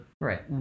right